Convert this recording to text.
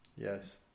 Yes